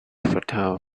futile